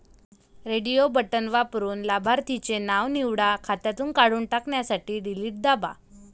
radio button वापरून लाभार्थीचे नाव निवडा, खात्यातून काढून टाकण्यासाठी डिलीट दाबा